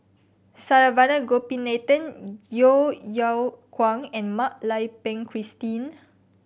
Saravanan Gopinathan Yeo Yeow Kwang and Mak Lai Peng Christine